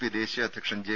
P ദേശീയ അധ്യക്ഷൻ J